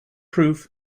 proof